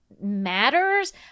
Matters